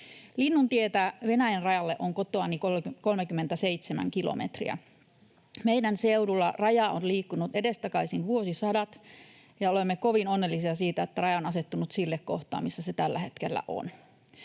Linnuntietä Venäjän rajalle on kotoani 37 kilometriä. Meidän seudullamme raja on liikkunut edestakaisin vuosisadat, ja olemme kovin onnellisia siitä, että raja on asettunut sille kohtaa, missä se tällä hetkellä on.